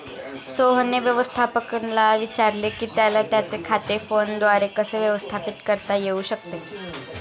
सोहनने व्यवस्थापकाला विचारले की त्याला त्याचे खाते फोनद्वारे कसे व्यवस्थापित करता येऊ शकते